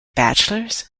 bachelors